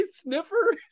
sniffer